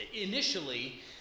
initially